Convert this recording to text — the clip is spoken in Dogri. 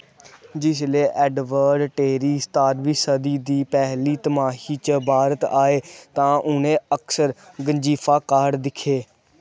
जिसलै एडवर्ड टेरी सताह्रमीं सदी दी पैह्ली त्रमाही च भारत आए तां उ'नें अक्सर गंजीफा कार्ड दिक्खे